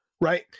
right